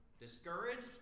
discouraged